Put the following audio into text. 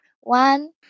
one